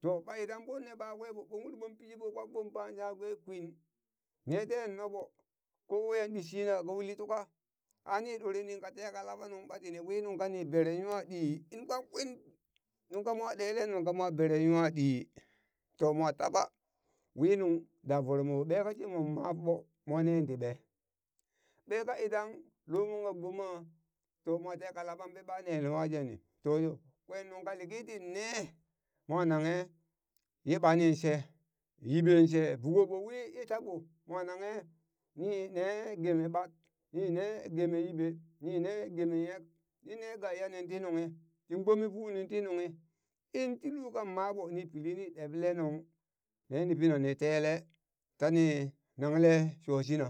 to ɓa idan ɓonne ɓakwe ɓo, ɓon ur ɓon pi shi ɓon kpak ɓon ban shangha kwe kwin, ne ten noɓo kowaiya ɗi shina ka uli tuka ani ɗoreni kateka laɓa nuŋ ɓa tini wi nungka ni beren nwa ɗi, in kpak pwin nunka moa ɗele nungka mo beren nwa ɗi toh mo taɓa winung da voromoyo ɓeka shimon maaɓo mo neen ti ɓe? ɓe ka idan lomon ka gboma to mo teka laɓanɓe ɓa nele nwa jenni? toyo kwen nungka liki tinne mwa nanghe ye ɓanin she, yiɓen she vuko ɓo wii ye taɓo mwa nanghe nine geme ɓat nine geme yiɓe nine geme nyek, ninne ganya nin ti nunghi tin gbome funi ti nunghi, in shi lul kan maɓo ni pili ni ɗeble nung, neni pina ni tele tani nangle shoshi na.